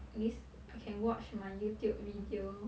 miss I can watch my YouTube video